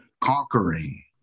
conquering